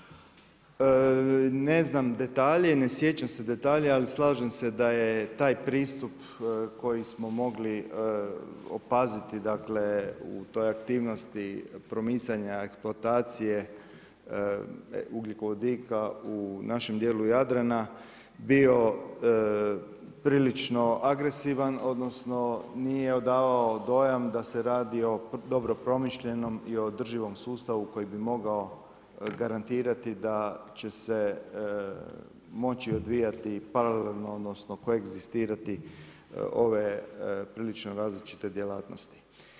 Kolega Sinčić, ne znam detalje i ne sjećam se detalja, ali slažem se da je taj pristup koji smo mogli opaziti u toj aktivnosti promicanja eksploatacije ugljikovodika u našem dijelu Jadrana bio prilično agresivan odnosno nije odavao dojam da se radi o dobro promišljenom i održivom sustavu koji bi mogao garantirati da će se moći odvijati paralelno odnosno koegzistirati ove prilično različite djelatnosti.